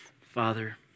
Father